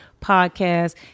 podcast